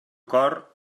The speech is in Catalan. cor